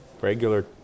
regular